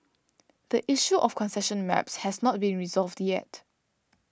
the issue of concession maps has not been resolved yet